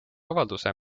avalduse